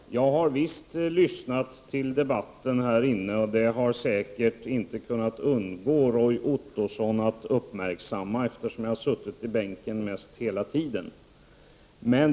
Herr talman! Jag har visst lyssnat till debatten här i kammaren. Det har säkert Roy Ottosson inte kunnat undgå att uppmärksamma, eftersom jag har suttit i bänken mest hela tiden.